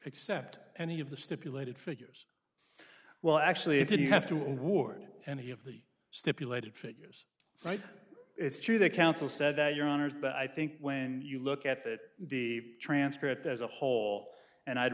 accept any of the stipulated figures well actually if you have to award any of the stipulated figures right it's true that counsel said that your honors but i think when you look at that the transcript as a whole and i'd